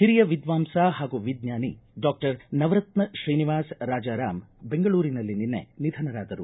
ಹಿರಿಯ ವಿದ್ವಾಂಸ ಹಾಗೂ ವಿಜ್ಞಾನಿ ಡಾಕ್ಷರ್ ನವರತ್ನ ಶ್ರೀನಿವಾಸ ರಾಜಾರಾಮ್ ಬೆಂಗಳೂರಿನಲ್ಲಿ ನಿನ್ನೆ ನಿಧನರಾದರು